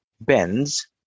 bends